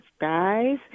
guys